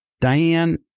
Diane